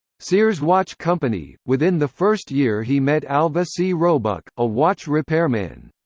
sears watch company. within the first year he met alvah c. roebuck, a watch repairman.